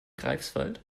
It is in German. greifswald